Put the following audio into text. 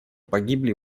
погибли